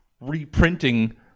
reprinting